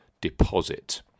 deposit